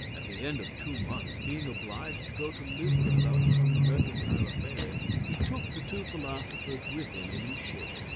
at the end of two months, being obliged to go to lisbon about some mercantile affairs, he took the two philosophers with him in his ship.